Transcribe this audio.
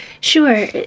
Sure